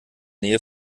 nähe